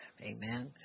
amen